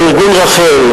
הארגון רח"ל,